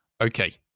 Okay